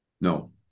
No